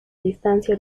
distancia